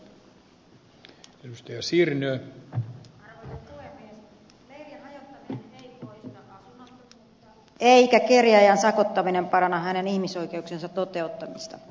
leirien hajottaminen ei poista asunnottomuutta eikä kerjääjän sakottaminen paranna hänen ihmisoikeuksiensa toteuttamista